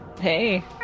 Hey